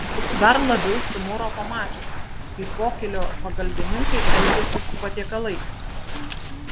dar labiau sumuro pamačiusi kaip pokylio pagalbininkai elgiasi su patiekalais